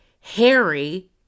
Harry